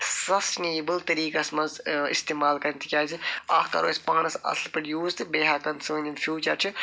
سَسنیبل طریٖقَس مَنٛز اِستعمال کَرٕنۍ تِکیٛازِ اَکھ کَرو أسۍ پانَس اصٕل پٲٹھۍ یوٗز تہٕ بیٚیہِ ہٮ۪کَن سٲنۍ یِم فیوچَر چھِ